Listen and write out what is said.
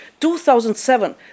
2007